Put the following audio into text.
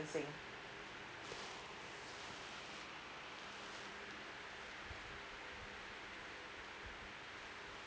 distancing